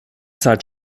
zeit